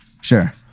sure